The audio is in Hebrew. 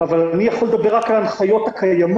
אבל אני יכול לדבר רק על ההנחיות הקיימות.